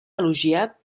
elogiat